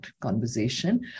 conversation